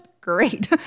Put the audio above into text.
great